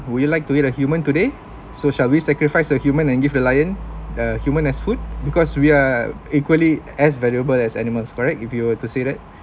would you like to eat a human today so shall we sacrifice a human and give the lion a human as food because we are equally as valuable as animals correct if you were to say that